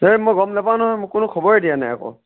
ধেই মই গম নাপাওঁ নহয় মোক কোনো খবৰে দিয়া নাই আকৌ